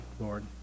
Lord